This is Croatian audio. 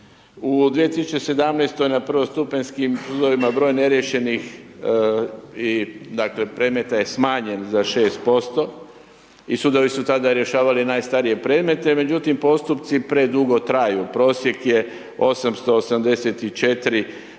U 2017. na prvostupanjskim sudovima broj neriješenih, dakle, predmeta je smanjen za 6% i sudovi su tada rješavali najstarije predmete, međutim, postupci predugo traju, prosjek je 884